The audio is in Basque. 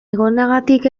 egonagatik